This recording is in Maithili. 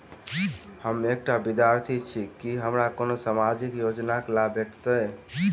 हम एकटा विद्यार्थी छी, की हमरा कोनो सामाजिक योजनाक लाभ भेटतय?